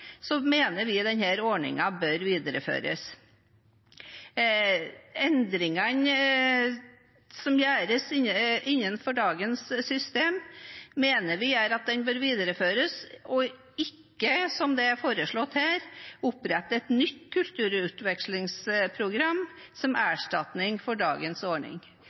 mener vi den bør videreføres. Endringene som gjøres innenfor dagens system, mener vi gjør at den bør videreføres, og ikke at det, som det er foreslått her, opprettes et nytt kulturutvekslingsprogram som erstatning for dagens ordning.